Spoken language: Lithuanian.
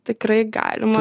tikrai galima